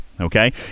Okay